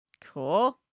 Cool